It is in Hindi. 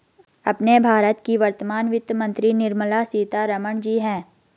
अपने भारत की वर्तमान वित्त मंत्री निर्मला सीतारमण जी हैं